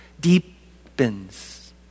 deepens